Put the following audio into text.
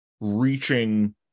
reaching